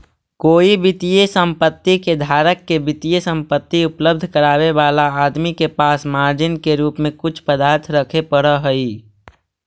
कोई वित्तीय संपत्ति के धारक के वित्तीय संपत्ति उपलब्ध करावे वाला आदमी के पास मार्जिन के रूप में कुछ पदार्थ रखे पड़ऽ हई